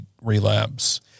relapse